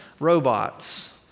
robots